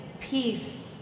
peace